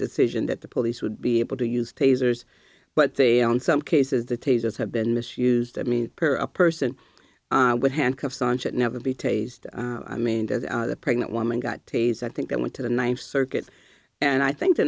decision that the police would be able to use tasers but they on some cases the tasers have been misused i mean a person with handcuffs on should never be taste i mean that the pregnant woman got tasered i think i went to the ninth circuit and i think the